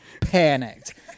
panicked